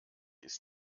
ist